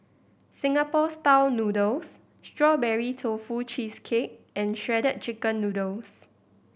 Singapore style noodle Strawberry Tofu Cheesecake and Shredded Chicken Noodles